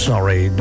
Sorry